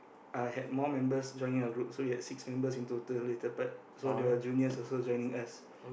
I had more members joining our group so we had six members in total later part so the juniors also joining us